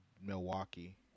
Milwaukee